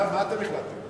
מה אתם החלטתם?